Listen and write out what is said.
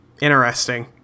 interesting